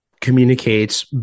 communicates